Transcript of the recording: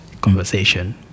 conversation